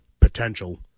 potential